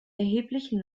erheblichen